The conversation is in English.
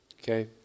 okay